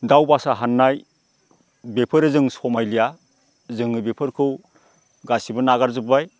दाउ बासा हाननाय बेफोरो जों समायलिया जोङो बेफोरखौ गासिबो नागारजोबबाय